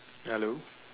hello